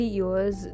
years